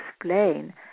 explain